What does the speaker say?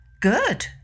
good